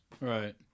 right